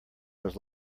was